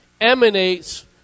emanates